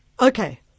Okay